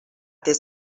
des